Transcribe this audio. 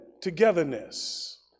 togetherness